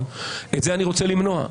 את זה אני רוצה למנוע.